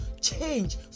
change